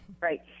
right